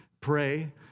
pray